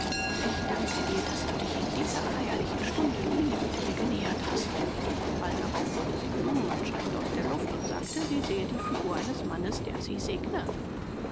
ich danke dir daß du dich in dieser feierlichen stunde liebend mir genähert hast bald darauf holte sie blumen anscheinend aus der luft und sagte sie sehe die figur eines mannes der sie segne